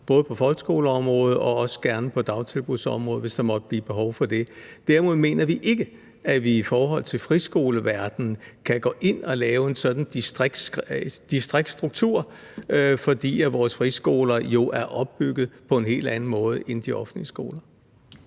både på folkeskoleområdet og også gerne på dagtilbudsområdet, hvis der måtte blive et behov for det. Derimod mener vi ikke, at vi i forhold til friskoleverdenen kan gå ind og lave en sådan distriktsstruktur, fordi vores friskoler jo er opbygget på en helt anden måde end de offentlige skoler.